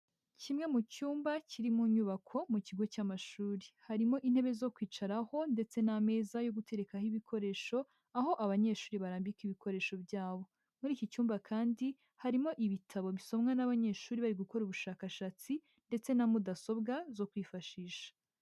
Kimwe mu cyumba kiri mu nyubako mu kigo cy'amashuri, harimo intebe zo kwicaraho ndetse n'ameza yo guterekaho ibikoresho, aho abanyeshuri barambika ibikoresho byabo, muri iki cyumba kandi harimo ibitabo bisomwa n'abanyeshuri bari gukora ubushakashatsi ndetse na mudasobwa zo kwifashisha.